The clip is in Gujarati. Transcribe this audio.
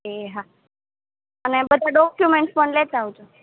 એ હા અને બધા ડોક્યુમેન્ટ્સ પણ લેતાં આવજો